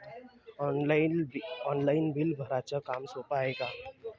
Online bill भराच काम सोपं हाय का?